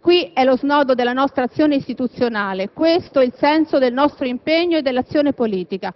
Qui è lo snodo della nostra azione istituzionale, questo è il senso del nostro impegno e dell'azione politica.